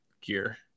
gear